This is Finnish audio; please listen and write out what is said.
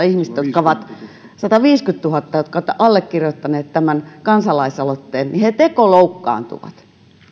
ihmistä sataviisikymmentätuhatta jotka ovat allekirjoittaneet tämän kansalaisaloitteen tekoloukkaantuvat